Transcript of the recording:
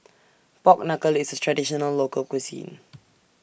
Pork Knuckle IS A Traditional Local Cuisine